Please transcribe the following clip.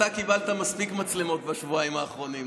אתה קיבלת מספיק מצלמות בשבועיים האחרונים,